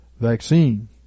vaccine